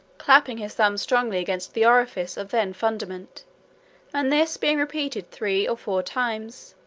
clapping his thumb strongly against the orifice of then fundament and this being repeated three or four times,